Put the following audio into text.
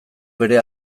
bere